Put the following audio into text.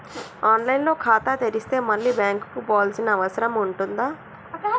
On line లో ఖాతా తెరిస్తే మళ్ళీ బ్యాంకుకు పోవాల్సిన అవసరం ఉంటుందా?